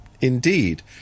Indeed